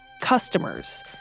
customers